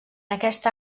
aquesta